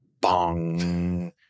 bong